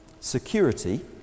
Security